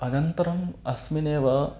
अनन्तरम् अस्मिनेव